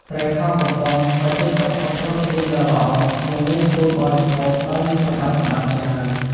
ត្រីខកំប៉ុង ក៏ជាប្រភពប្រូតេអ៊ីនដ៏ល្អ និងងាយស្រួលបរិភោគដោយមិនបាច់ចម្អិនច្រើន។